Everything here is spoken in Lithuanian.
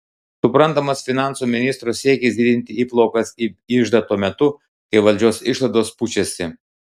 suprantamas finansų ministro siekis didinti įplaukas į iždą tuo metu kai valdžios išlaidos pučiasi